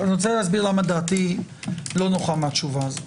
אני רוצה להסביר למה דעתי לא נוחה מזה.